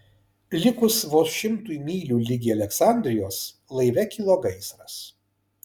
likus vos šimtui mylių ligi aleksandrijos laive kilo gaisras